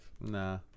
Nah